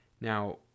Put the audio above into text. Now